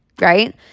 Right